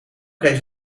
kreeg